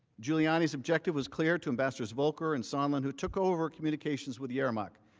giuliani's objective was clear to ambassadors volker and sondland, who took over communications with yermak.